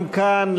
גם כאן,